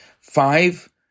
five